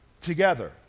together